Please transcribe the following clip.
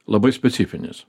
labai specifinis